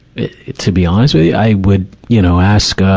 to be honest with you, i would, you know, ask, ah,